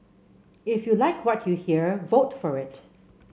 if you like what you hear vote for it